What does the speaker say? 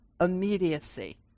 immediacy